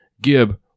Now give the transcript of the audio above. Gib